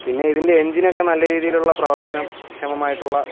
പിന്നെ ഇതിൻ്റെ എൻജിൻ ഒക്കെ നല്ല രീതിയിലുള്ള പ്രവർത്തനം ക്ഷമമായിട്ടുള്ള